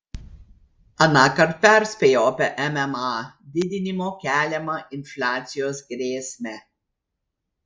anąkart perspėjau apie mma didinimo keliamą infliacijos grėsmę